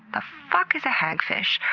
the fuck is a hagfish?